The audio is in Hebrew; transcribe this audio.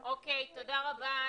תודה רבה,